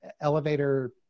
elevator